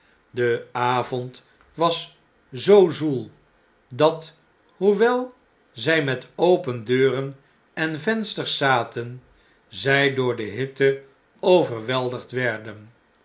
de avond was zoo zoel dat hoewel zij met open deuren en vensters zaten zij door de hitte overweldigd werden